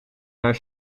haar